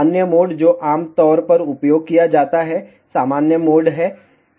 अन्य मोड जो आमतौर पर उपयोग किया जाता है सामान्य मोड है